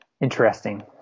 interesting